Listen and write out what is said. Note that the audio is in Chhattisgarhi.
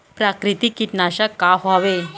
प्राकृतिक कीटनाशक का हवे?